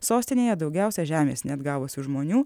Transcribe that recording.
sostinėje daugiausia žemės neatgavusių žmonių